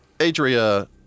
Adria